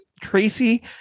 Tracy